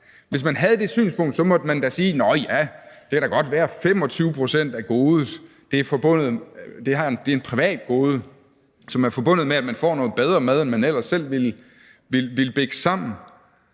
Hvis man havde det synspunkt, måtte man da sige: Nå ja, det kan godt være, at 25 pct. af godet er et privat gode, som er forbundet med, at man får noget bedre mad, end man ellers selv ville bikse sammen.